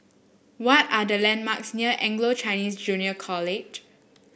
what are the landmarks near Anglo Chinese Junior College